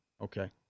Okay